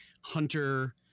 hunter